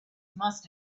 must